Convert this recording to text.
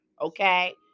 okay